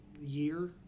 year